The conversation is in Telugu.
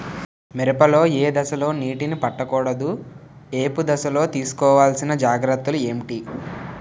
మిరప లో ఏ దశలో నీటినీ పట్టకూడదు? ఏపు దశలో తీసుకోవాల్సిన జాగ్రత్తలు ఏంటి?